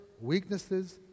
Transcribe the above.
weaknesses